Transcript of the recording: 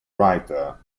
writer